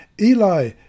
Eli